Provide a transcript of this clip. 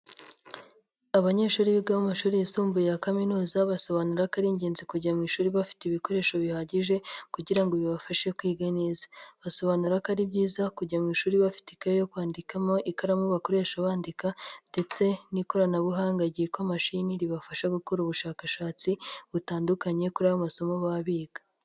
Abanyeshuri biga bo mu mashuri yisumbuye ya kaminuza basobanura ko ari ingenzi kujya mu ishuri bafite ibikoresho bihagije, kugirango ngo bibafashe kwiga neza, basobanura ko ari byiza kujya mu ishuri bafite ikaye yo kwandikamo, ikaramu bakoresha bandika ndetse n'ikoranabuhanga ryitwa mashini, ribafasha gukora ubushakashatsi butandukanye kuri ayo amasomo baba biga.